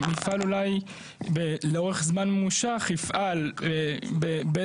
שמפעל אולי לאורך זמן ממושך יפעל באיזה